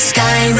Sky